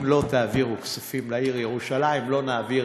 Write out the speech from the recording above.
לא תעבירו כספים לעיר ירושלים לא נעביר,